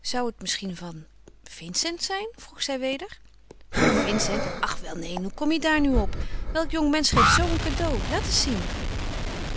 zou het misschien van vincent zijn vroeg zij weder van vincent ach wel neen hoe kom je daar nu op welk jongmensch geeft zoo een cadeau laat eens zien